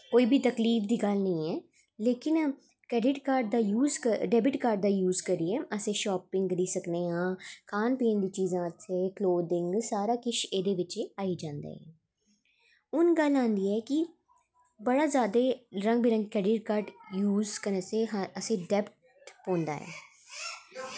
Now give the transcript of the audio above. कोई बी तकलीफ दी गल्ल निं ऐ लेकिन क्रेडिट कार्ड दा यूस डेबिट कार्ड दा यूस करियै अस शॉपिंग करी सकने आं खान पीन दी चीजां आस्तै क्लोथिंग सारा किश एह्दे बिच आई जंदा ऐ हून गल्ल आंदी ऐ कि बड़ा जादै रंग बिरंगे क्रेडिट कार्ड यूस करने आस्तै असें डेबिट पौंदा ऐ